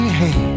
hey